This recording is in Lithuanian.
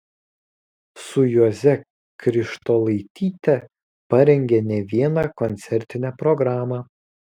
su juoze krištolaityte parengė ne vieną koncertinę programą